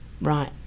Right